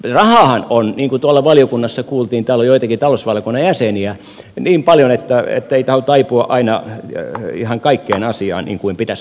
rahaahan on niin kuin tuolla valiokunnassa kuultiin täällä on joitakin talousvaliokunnan jäseniä niin paljon ettei tahdo taipua aina ihan kaikkeen asiaan niin kuin pitäisi